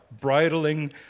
bridling